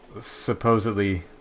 supposedly